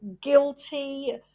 guilty